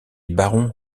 barons